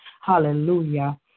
Hallelujah